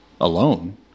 alone